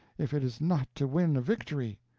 if it is not to win a victory?